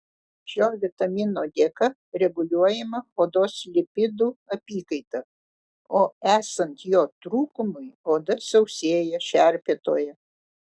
šio vitamino dėka reguliuojama odos lipidų apykaita o esant jo trūkumui oda sausėja šerpetoja